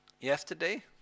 yesterday